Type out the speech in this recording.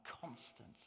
constant